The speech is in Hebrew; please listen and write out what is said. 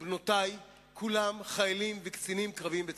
בנותי, כולם חיילים וקצינים קרביים בצה"ל,